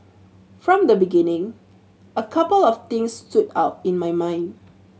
from the beginning a couple of things stood out in my mind